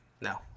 No